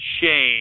shame